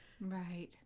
Right